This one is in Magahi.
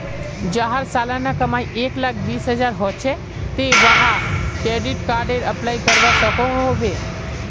जहार सालाना कमाई एक लाख बीस हजार होचे ते वाहें क्रेडिट कार्डेर अप्लाई करवा सकोहो होबे?